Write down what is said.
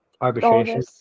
arbitration